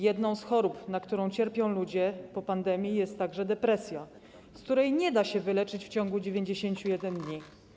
Jedną z chorób, na którą cierpią ludzie po pandemii, jest także depresja, z której nie da się wyleczyć w ciągu 91 dni.